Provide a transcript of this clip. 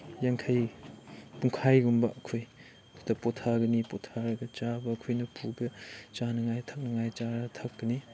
ꯌꯥꯡꯈꯩ ꯄꯨꯡꯈꯥꯏꯒꯨꯝꯕ ꯑꯩꯈꯣꯏ ꯁꯤꯗ ꯄꯣꯊꯥꯒꯅꯤ ꯄꯣꯊꯥꯔꯒ ꯆꯥꯕ ꯑꯩꯈꯣꯏꯅ ꯄꯨꯕ ꯆꯥꯅꯤꯡꯉꯥꯏ ꯊꯛꯅꯤꯡꯉꯥꯏ ꯆꯥꯔ ꯊꯛꯀꯅꯤ